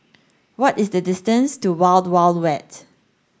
what is the distance to Wild Wild Wet